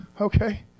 Okay